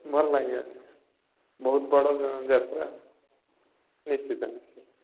ଭଲ ଲାଗିବ ବହୁତ ବଡ଼ ଯାତ୍ରା ନିଶ୍ଚିତ